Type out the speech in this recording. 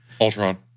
Ultron